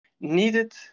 needed